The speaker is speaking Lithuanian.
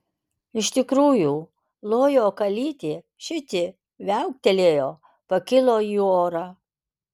iš tikrųjų lojo kalytė šit ji viauktelėjo pakilo į orą